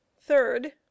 third